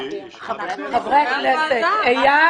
הצבעה בעד, 3 נגד, אין